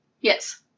Yes